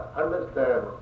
understand